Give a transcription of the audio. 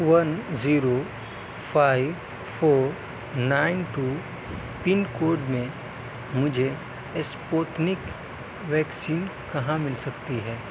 one zero five four nine two pin code میں مجھے Sputnik vaccine کہاں مل سکتی ہے